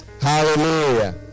Hallelujah